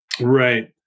Right